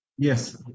Yes